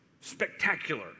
spectacular